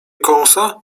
kąsa